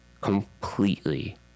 completely